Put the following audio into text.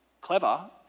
clever